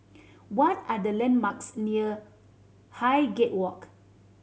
what are the landmarks near Highgate Walk